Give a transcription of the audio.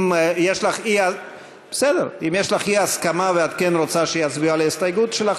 אם יש לך אי-הסכמה ואת כן רוצה שיצביעו על ההסתייגות שלך,